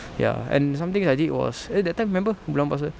ya some things I did was eh that time remember bulan puasa